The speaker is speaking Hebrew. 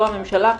לא הממשלה,